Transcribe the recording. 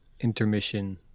intermission